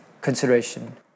consideration